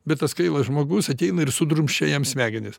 bet tas kvailas žmogus ateina ir sudrumsčia jam smegenis